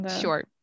Sure